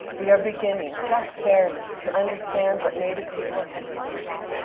we are beginning just barely to understand what native people have remembered.